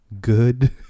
Good